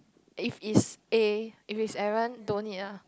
if is A if it's Aaron don't need ah